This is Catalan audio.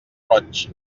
roig